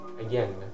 again